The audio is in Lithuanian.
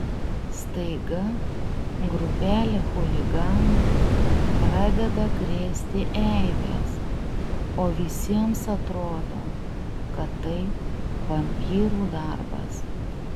staiga grupelė chuliganų pradeda krėsti eibes o visiems atrodo kad tai vampyrų darbas